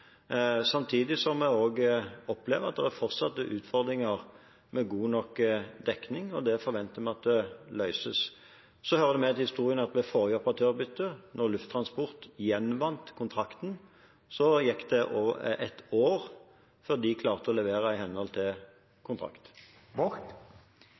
Samtidig opplever vi at det fortsatt er utfordringer med god nok dekning, og dette forventer vi blir løst. Det hører med til historien at ved forrige operatørbytte, da Lufttransport gjenvant kontrakten, gikk det også et år før de klarte å levere i henhold til